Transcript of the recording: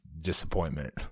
disappointment